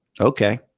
okay